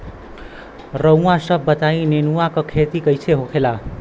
रउआ सभ बताई नेनुआ क खेती कईसे होखेला?